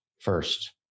first